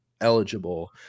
eligible